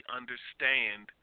understand